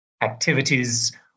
activities